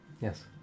Yes